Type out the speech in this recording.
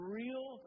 real